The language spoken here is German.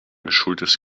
geschultes